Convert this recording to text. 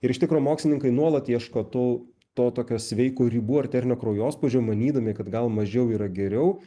ir iš tikro mokslininkai nuolat ieško tų to tokio sveiko ribų arterinio kraujospūdžio manydami kad gal mažiau yra geriau